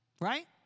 Right